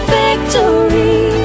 victory